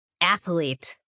athlete